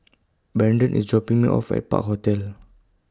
Brandon IS dropping Me off At Park Hotel